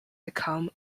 become